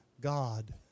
God